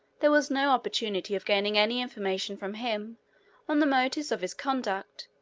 there was no opportunity of gaining any information from him on the motives of his conduct,